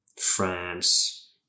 France